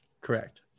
Correct